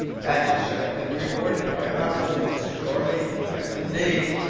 and you should have been rewarded by a baptism, mr. jeorling. yes, indeed,